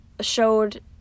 showed